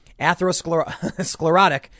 atherosclerotic